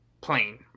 plane